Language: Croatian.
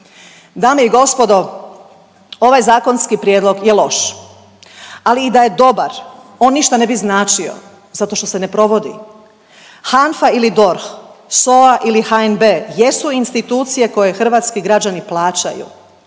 Dame i gospodo, ovaj zakonski prijedlog je loš, ali i da je dobar, on ništa ne bi značio zato što se ne provodi. HANFA ili DORH, SOA ili HNB jesu institucije koje hrvatski građani plaćaju,